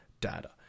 data